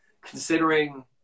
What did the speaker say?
considering